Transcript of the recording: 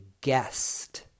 guest